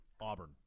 Auburn